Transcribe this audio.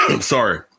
sorry